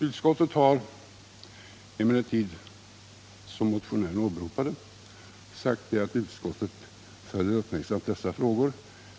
Utrikesutskottet har emellertid, som motionären framhöll, förklarat att utskottet följer ”uppmärksamt dessa frågor